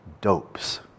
dopes